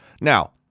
Now